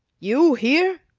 you here?